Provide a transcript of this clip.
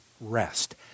rest